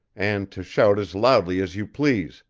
and to shout as loudly as you please,